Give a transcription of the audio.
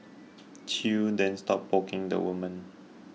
chew then stopped poking the woman